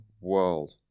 world